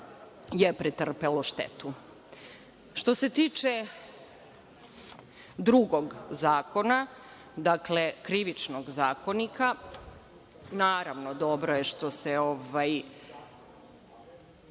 je pretrpelo štetu. Što se tiče drugog zakona, dakle, Krivičnog zakonika, naravno, dobro je što se